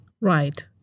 Right